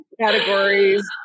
categories